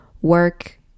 work